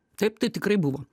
taip tai tikrai buvo